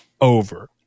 over